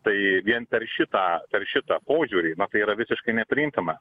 tai vien per šitą per šitą požiūrį na tai yra visiškai nepriimtina